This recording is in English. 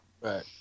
right